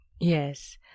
Yes